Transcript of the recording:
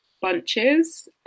bunches